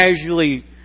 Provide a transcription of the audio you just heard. casually